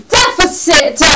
deficit